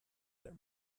their